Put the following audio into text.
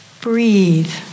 Breathe